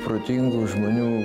protingų žmonių